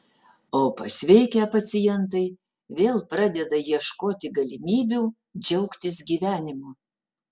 o pasveikę pacientai vėl pradeda ieškoti galimybių džiaugtis gyvenimu